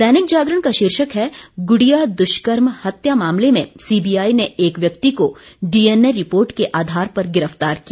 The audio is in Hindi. दैनिक जागरण का शीर्षक है गुड़िया दुष्कर्म हत्या मामले में सीबीआई ने एक व्यक्ति को डीएनए रिपोर्ट के आधार पर गिरफ़्तार किया